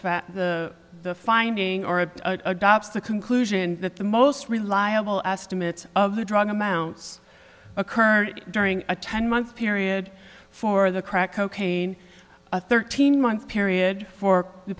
fact the the finding or adopts the conclusion that the most reliable estimate of the drug amounts occurred during a ten month period for the crack cocaine a thirteen month period for the